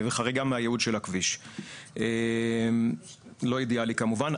וחריגה מהיעוד של הכביש, לא אידיאלי כמובן.